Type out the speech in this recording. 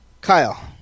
Kyle